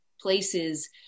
places